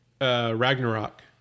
Ragnarok